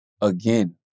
again